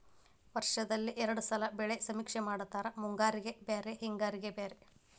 ವರ್ಷದಲ್ಲಿ ಎರ್ಡ್ ಸಲಾ ಬೆಳೆ ಸಮೇಕ್ಷೆ ಮಾಡತಾರ ಮುಂಗಾರಿಗೆ ಬ್ಯಾರೆ ಹಿಂಗಾರಿಗೆ ಬ್ಯಾರೆ